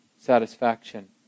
satisfaction